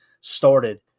started